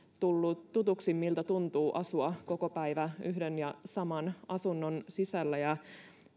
tullut tutuksi miltä tuntuu asua koko päivä yhden ja saman asunnon sisällä ja